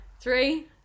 Three